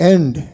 End